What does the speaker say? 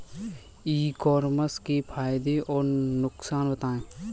ई commerce के फायदे और नुकसान बताएँ?